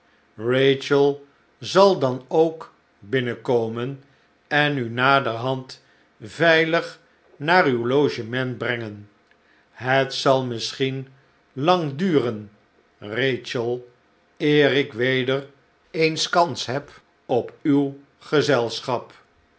rachel zal dan ook binnenkomen en u naderhand veilig naar uw logement brengen het zal misschien lang duren rachel eer ik weder eens kans heb op uw gezelschap